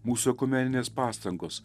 mūsų ekumeninės pastangos